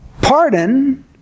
Pardon